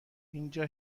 اینجا